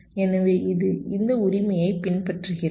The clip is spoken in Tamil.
எனவே இது இந்த உரிமையைப் பின்பற்றுகிறது